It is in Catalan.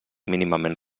mínimament